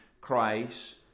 Christ